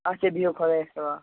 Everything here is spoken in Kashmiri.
اچھا بیٚہو خۄدایَس حَوال